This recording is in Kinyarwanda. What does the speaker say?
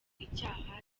icyaha